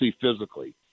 physically